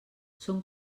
són